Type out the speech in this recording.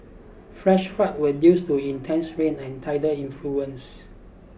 flash floods were due to intense rain and tidal influences